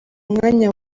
mwanya